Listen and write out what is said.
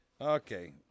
Okay